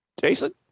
Jason